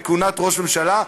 בכהונת ראש ממשלה.